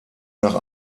nach